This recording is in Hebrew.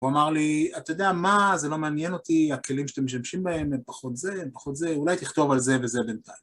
הוא אמר לי, אתה יודע מה, זה לא מעניין אותי, הכלים שאתם משמשים בהם הם פחות זה, הם פחות זה, אולי תכתוב על זה וזה בינתיים.